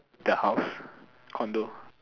the house condo